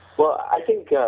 well i think yeah